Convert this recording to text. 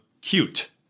cute